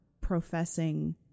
professing